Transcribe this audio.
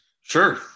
Sure